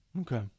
Okay